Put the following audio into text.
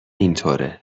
اینطوره